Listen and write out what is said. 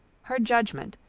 her judgment,